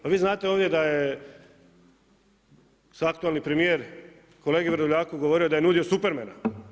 Pa vi znate ovdje da je aktualni premijer kolegi Vrdoljaku govorio da je nudio Supermana.